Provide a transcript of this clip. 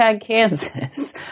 Kansas